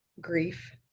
grief